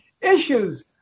issues